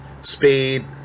Speed